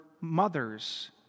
mothers